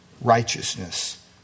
righteousness